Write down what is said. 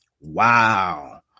Wow